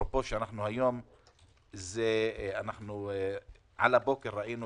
היום על הבוקר ראינו